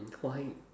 why